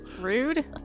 rude